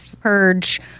purge